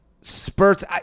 spurts